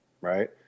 right